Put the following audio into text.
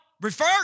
refer